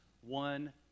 one